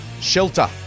Shelter